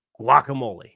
guacamole